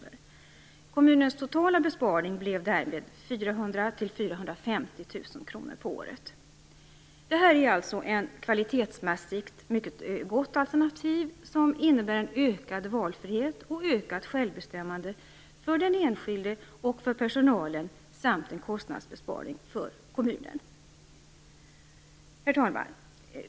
Kommunens totala besparing blev därmed 400 000-450 000 kr per år. Detta är alltså ett kvalitetsmässigt mycket gott alternativ som innebär en ökad valfrihet och ökat självbestämmande för den enskilde och personalen samt en kostnadsbesparing för kommunen. Herr talman!